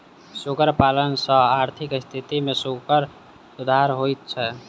सुगर पालन सॅ आर्थिक स्थिति मे सुधार होइत छै